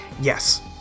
Yes